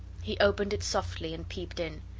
he opened it softly, and peeped in.